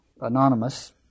anonymous